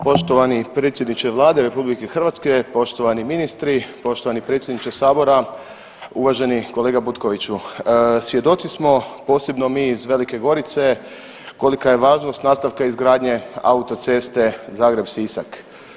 Poštovani predsjedniče Vlade RH, poštovani ministri poštovani predsjedniče sabora, uvaženi kolega Butkoviću, svjedoci smo posebno mi iz Velike Gorice kolika je važnost nastavka izgradnje autoceste Zagreb – Sisak.